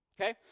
Okay